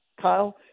Kyle